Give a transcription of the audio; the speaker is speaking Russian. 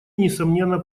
несомненно